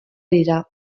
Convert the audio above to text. dira